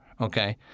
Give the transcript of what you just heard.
okay